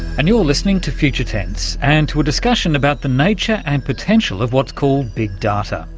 and you're listening to future tense and to a discussion about the nature and potential of what's called big data.